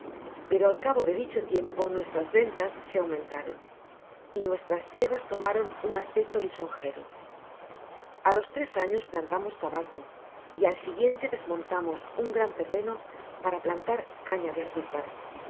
pero al cabo de dicho tiempo nuestras rentas se aumentaron y nuestras tierras tomaron un aspecto lisonjero a los tres años plantamos tabaco y al siguiente desmontamos un gran terreno para plantar caña de azúcar